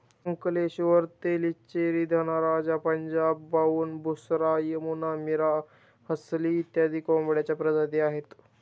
Ankleshwar, Tellicherry, Dhanraja, Punjab brown, Busra, Yamuna, Miri, Hansli इत्यादी कोंबड्यांच्या प्रजाती आहेत